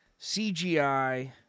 CGI